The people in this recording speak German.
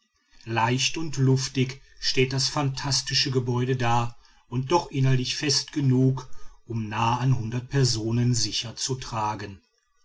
leicht und lustig steht das phantastische gebäude da und doch innerlich fest genug um nahe an hundert personen sicher zu tragen